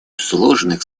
сложных